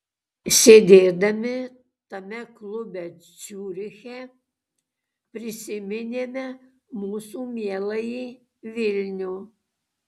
sėdėdami tame klube ciuriche prisiminėme mūsų mieląjį vilnių